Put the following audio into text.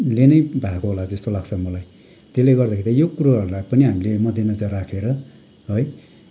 ले नै भएको होला जस्तो लाग्छ मलाई त्यसले गर्दाखेरि यो कुरोहरूलाई पनि हामीले मध्यनजर राखेर है